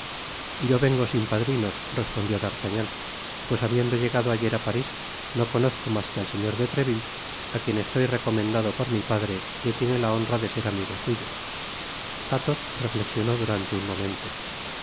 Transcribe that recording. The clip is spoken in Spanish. yo vengo sin padrinos respondió d'artagnan pues habiendo llegado ayer á parís no conozco mas que al señor de treville á quien estoy recomendado por mi padre que tiene la honra de ser amigo suyo athos reflexionó durante un momento